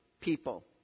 people